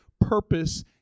purpose